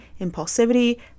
impulsivity